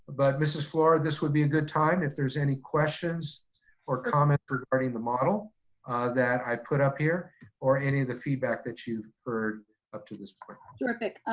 but mrs. fluor, this would be a good time if there's any questions or comments regarding the model that i put up here or any of the feedback that you've heard up to this point. terrific,